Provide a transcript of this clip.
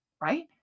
right